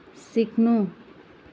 सिक्नु